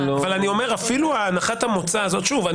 ----- שאפילו הנחת המוצא הזאת שוב,